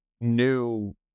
new